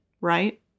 right